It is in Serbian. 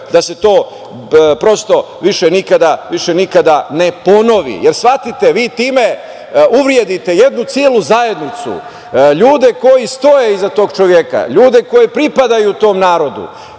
da se to, prosto, više nikada ne ponovi. Shvatite, vi time uvredite jednu celu zajednicu, ljude koji stoji iza tog čoveka, ljude koji pripadaju tom narodu.